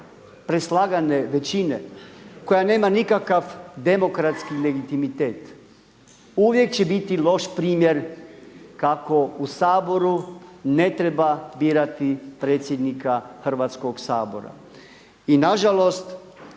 preslagane većine koja nema nikakav demokratski legitimitet uvijek će bit loš primjer kako u Saboru ne treba birati predsjednika Hrvatskog sabora. I na žalost